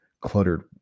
cluttered